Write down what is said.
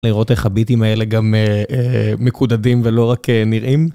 לראות איך הביטים האלה גם מקודדים ולא רק ניראים.